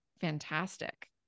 fantastic